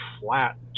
flat